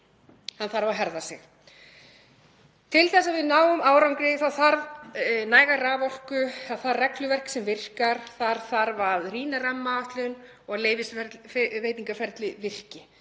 daga þarf að herða sig. Til þess að við náum árangri þá þarf næga raforku, það þarf regluverk sem virkar. Þar þarf að rýna rammaáætlun og leyfisveitingaferli.